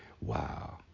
wow